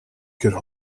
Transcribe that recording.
could